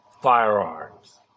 firearms